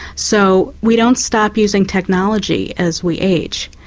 so we don't stop using technology as we age,